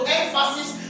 emphasis